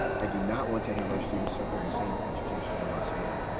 i do not want to have our students suffer the same educational loss again.